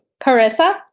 Carissa